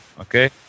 Okay